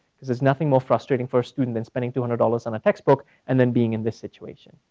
because there's nothing more frustrating for a student than spending two hundred dollars on a textbook and then being in this situation,